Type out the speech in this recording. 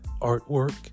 artwork